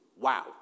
Wow